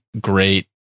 great